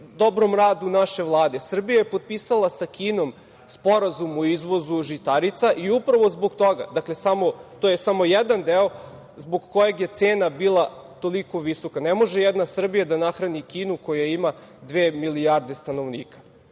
dobrom radu naše Vlade. Srbija je potpisala sa Kinom sporazum o izvozu žitarica i upravo zbog toga, to je samo jedan deo zbog kojeg je cena bila toliko visoka. Ne može jedna Srbija da nahrani Kinu koja ima dve milijarde stanovnika. Tu